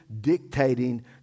dictating